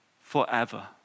forever